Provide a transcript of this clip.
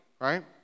right